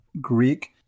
Greek